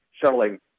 shuttling